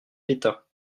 l’état